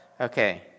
Okay